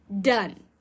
Done